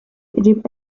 يجب